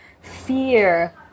fear